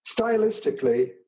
stylistically